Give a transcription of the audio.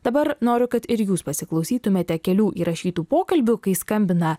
dabar noriu kad ir jūs pasiklausytumėte kelių įrašytų pokalbių kai skambina